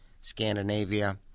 Scandinavia